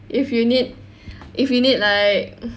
if you need if you need like uh